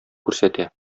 күрсәтә